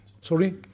Sorry